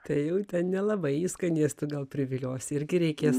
tai jau nelabai jį skanėstu gal priviliosi irgi reikės